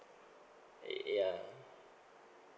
yeah